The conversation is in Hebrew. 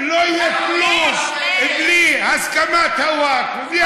לא יהיה כלום בלי הסכמת הווקף.